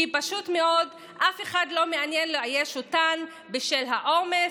כי פשוט מאוד אף אחד לא מעוניין לאייש אותן בשל העומס,